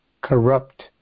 corrupt